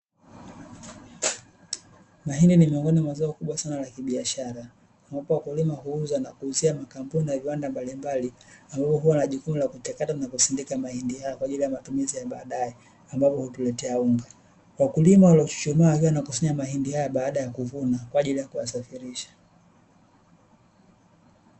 Mahindi ni miongoni wa zao kubwa sana la kibiashara wapo wa kulima huuza na kuuzia makampuni na viwanda mbalimbali ambavyo huwa na jukumu la kuchakata na kusindika mahindi kwaajili ya matumizi ya baadae ambavyo hutuletea unga, wakulima waliochuchuma wakiwa wanakusanya mahindi yao baada ya kuvuna kwaajili ya kuyasafirisha .